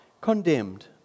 condemned